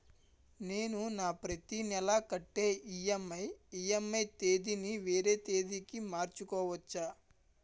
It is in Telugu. నేను నా ప్రతి నెల కట్టే ఈ.ఎం.ఐ ఈ.ఎం.ఐ తేదీ ని వేరే తేదీ కి మార్చుకోవచ్చా?